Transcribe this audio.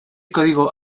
código